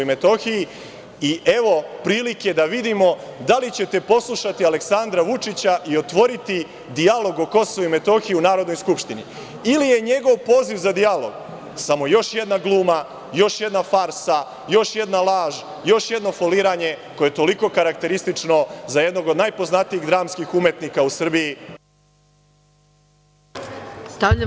Evo prilike da vidimo da li ćete poslušati Aleksandra Vučića i otvoriti dijalog o KiM u Narodnoj skupštini ili je njegov poziv za dijalog samo još jedna gluma, još jedna farsa, još jedna laž, još jedno foliranje koje je toliko karakteristično za jednog od najpoznatijih dramskih umetnika u Srbiji Aleksandra Vučića.